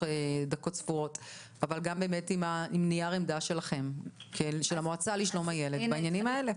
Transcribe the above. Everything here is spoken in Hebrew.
עם נייר עמדה של המועצה לשלום הילד בעניינים האלה.